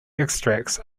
extracts